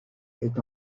est